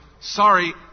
sorry